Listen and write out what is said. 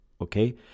okay